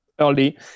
early